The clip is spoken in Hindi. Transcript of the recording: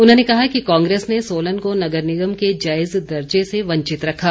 उन्होंने कहा कि कांग्रेस ने सोलन को नगर निगम के जायज दर्जे से वंचित रखा